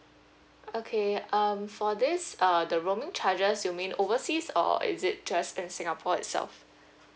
okay um for this uh the roaming charges you mean overseas or is it just in singapore itself